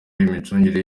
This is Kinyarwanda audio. imicungire